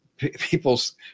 people's